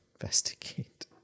investigate